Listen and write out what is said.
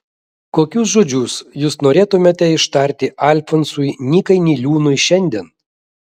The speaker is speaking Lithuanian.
kokius žodžius jūs norėtumėte ištarti alfonsui nykai niliūnui šiandien